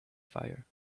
fire